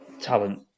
talent